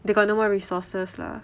they got no more resources lah